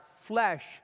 flesh